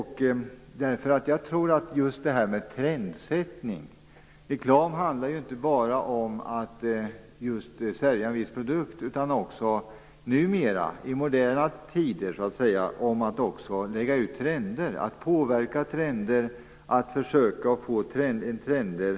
Här tror jag att trendsättningen kommer in i bilden. Reklam handlar inte bara om att sälja en viss produkt. I moderna tider handlar det också om att skapa trender och att försöka påverka trender.